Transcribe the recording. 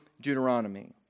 Deuteronomy